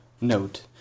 Note